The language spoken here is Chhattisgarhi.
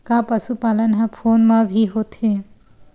का पशुपालन ह फोन म भी होथे?